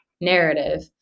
narrative